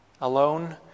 alone